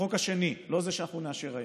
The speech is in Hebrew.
החוק השני, לא זה שאנחנו נאשר היום,